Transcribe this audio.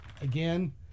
again